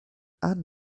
and